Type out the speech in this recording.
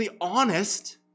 honest